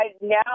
now